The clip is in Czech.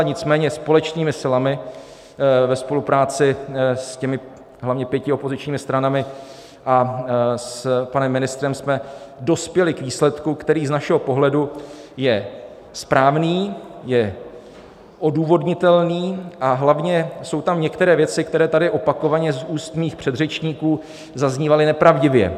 Nicméně společnými silami ve spolupráci hlavně s těmi pěti opozičními stranami a s panem ministrem jsme dospěli k výsledku, který je z našeho pohledu správný, je odůvodnitelný, a hlavně jsou tam některé věci, které tady opakovaně z úst mých předřečníků zaznívaly nepravdivě.